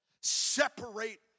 separate